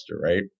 right